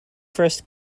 first